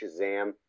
Shazam